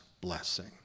blessing